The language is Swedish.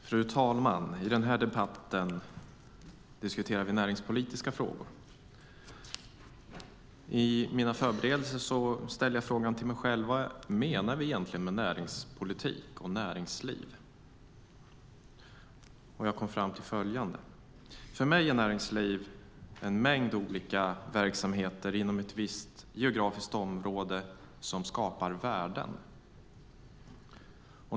Fru talman! I den här debatten diskuterar vi näringspolitiska frågor. I mina förberedelser ställde jag frågan till mig själv: Vad menar vi egentligen med näringspolitik och näringsliv? Jag kom fram till följande. För mig är näringsliv en mängd olika verksamheter inom ett visst geografiskt område som skapar värden.